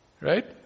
right